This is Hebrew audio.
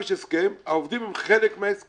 יש עכשיו הסכם והעובדים הם חלק מההסכם,